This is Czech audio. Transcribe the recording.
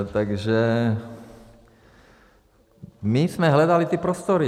Takže my jsme hledali ty prostory.